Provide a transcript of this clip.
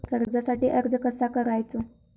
कर्जासाठी अर्ज कसो करायचो?